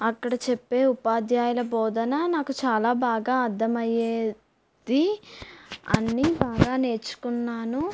అక్కడ చెప్పే ఉపాధ్యాయుల బోధన నాకు చాలా బాగా అర్థమయ్యేది అన్నీ బాగా నేర్చుకున్నాను